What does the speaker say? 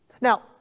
Now